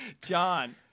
John